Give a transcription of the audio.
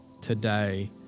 today